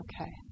Okay